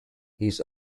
his